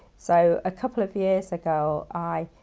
so a couple of years ago, i